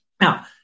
Now